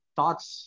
Thoughts